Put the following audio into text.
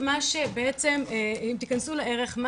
אם תכנסו לערך,